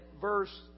verse